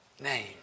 Name